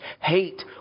hate